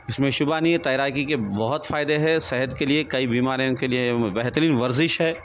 اس میں شبہ نہیں ہے تیراکی کے بہت فائدے ہے صحت کے لیے کئی بیماریوں کے لیے بہترین ورزش ہے